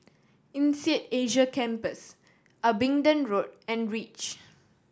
INSEAD Asia Campus Abingdon Road and Reach